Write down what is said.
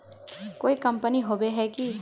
कोई कंपनी होबे है की?